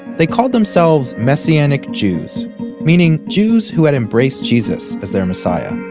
they called themselves messianic jews meaning jews who had embraced jesus as their messiah.